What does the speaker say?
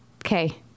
Okay